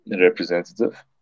representative